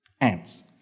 Ants